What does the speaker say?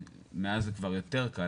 מאז זה כבר יותר קל,